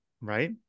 right